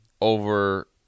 over